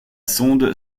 sonde